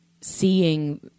seeing